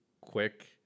quick